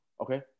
Okay